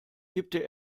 kippte